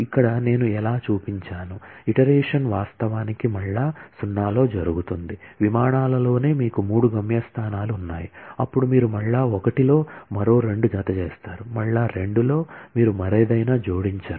ఇక్కడ నేను ఎలా చూపించాను ఇటరేషన్ వాస్తవానికి మళ్ళా 0 లో జరుగుతుంది విమానాలలోనే మీకు మూడు గమ్యస్థానాలు ఉన్నాయి అప్పుడు మీరు మళ్ళా 1 లో మరో రెండు జతచేస్తారు మళ్ళా 2 లో మీరు మరేదైనా జోడించరు